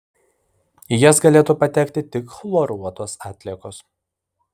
į jas galėtų patekti tik chloruotos atliekos